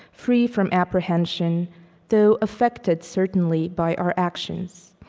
free from apprehension though affected, certainly, by our actions.